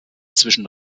zwischen